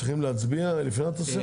צריכים להצביע לפני התוספת?